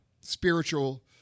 Spiritual